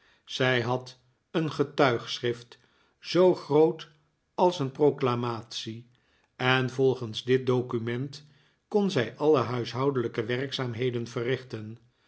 zij had een getuigschrift zoo groot als een proclamatie en volgens dit document kon zij alle huishoudelijke werkzaamheden verrichten